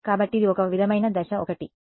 కాబట్టి ఇది ఒక విధమైన దశ 1